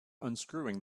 unscrewing